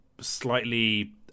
slightly